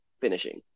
finishing